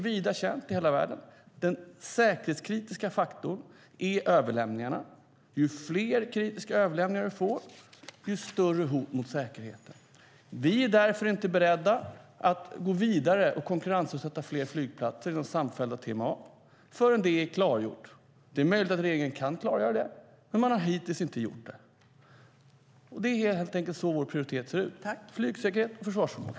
Det är känt i hela världen att den säkerhetskritiska faktorn är överlämningarna. Ju fler kritiska överlämningar, desto större hot mot säkerheten. Vi är därför inte beredda att gå vidare och konkurrensutsätta fler flygplatser inom samfällda TMA förrän det är klargjort. Det är möjligt att regeringen kan klargöra det, men man har hittills inte gjort det. Så här ser vår prioritering ut: flygsäkerhet och försvarsförmåga.